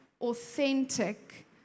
authentic